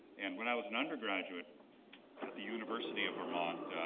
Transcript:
and when i was an undergraduate at the university of vermont,